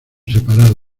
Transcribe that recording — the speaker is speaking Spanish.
separado